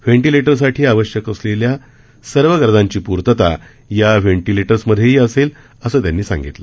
व्हेंटिलेटरसाठी आवश्यक असलेल्या सर्व गरजांची पूर्तता या व्हेंटीलेटर्समधेही असेल असं त्यांनी सांगितलं